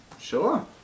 sure